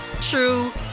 true